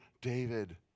David